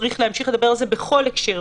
וצריך להמשיך לדבר על זה בכל הקשר,